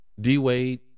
D-Wade